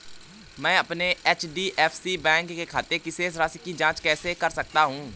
मैं अपने HDFC bank के खाते की शेष राशि की जाँच कैसे कर सकता हूँ?